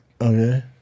Okay